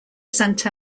saint